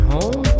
Home